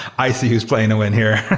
i see who's playing to win here.